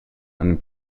einem